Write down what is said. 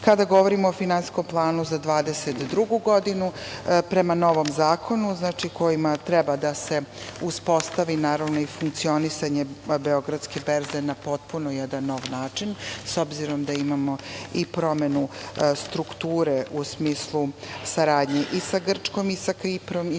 govorimo o Finansijskom planu za 2022. godinu, prema novom zakonu kojima treba da se uspostavi naravno i funkcionisanje beogradske berze na jedan potpuno nov način s obzirom da imamo i promenu strukture u smislu saradnje i sa Grčkom i sa Kiprom i sa Severnom